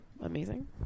Amazing